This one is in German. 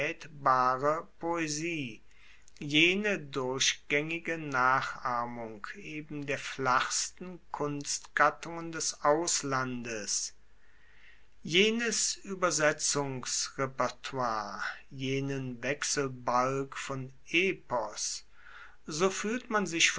poesie jene durchgaengige nachahmung eben der flachsten kunstgattungen des auslandes jenes uebersetzungsrepertoire jenen wechselbalg von epos so fuehlt man sich